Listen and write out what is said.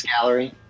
Gallery